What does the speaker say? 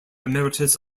emeritus